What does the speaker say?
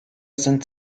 sind